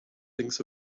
thinks